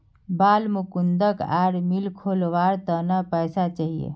बालमुकुंदक आरा मिल खोलवार त न पैसा चाहिए